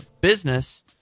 business